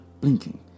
blinking